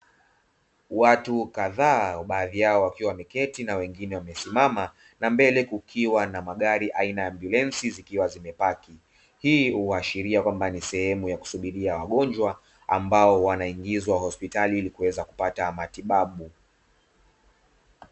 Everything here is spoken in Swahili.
Watu kadhaa baadhi yao wakiwa wameketi na wengine wamesimama, na mbele kukiwa na magari aina ya ambulensi, zikiwa zimepaki. Hii uashiria kwamba ni sehemu ya kusubiria wagonjwa ambao wanaingizwa hospitalini, kuweza kupata matibabu.